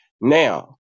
now